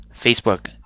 Facebook